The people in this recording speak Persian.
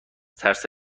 ترس